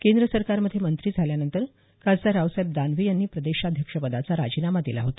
केंद्र सरकारमध्ये मंत्री झाल्यानंतर खासदार रावसाहेब दानवे यांनी प्रदेशाध्यक्षपदाचा राजीनामा दिला होता